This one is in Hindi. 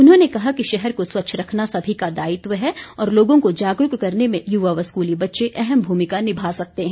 उन्होंने कहा कि शहर को स्वच्छ रखना सभी का दायित्व है और लोगों को जागरूक करने में युवा व स्कूली बच्चे अहम भूमिका निभा सकते हैं